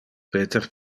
peter